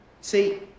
See